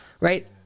right